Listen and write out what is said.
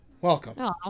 Welcome